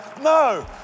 No